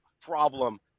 problem